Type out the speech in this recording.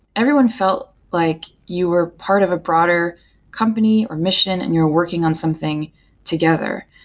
everyone felt like you were part of a broader company, or mission and you're working on something together.